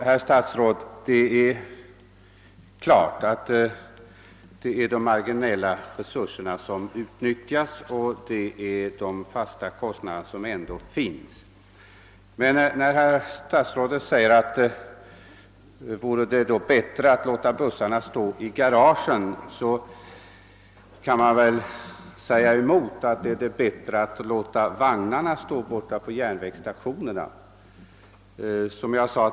Herr talman! Det är klart att man tar hänsyn till de marginella resurserna och de fasta kostnaderna. När herr statsrådet frågar om det vore bättre att låta bussarna stå i garage, kan man vända på saken och fråga: Är det bättre att låta vagnarna stå på järnvägsstationerna?